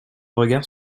regard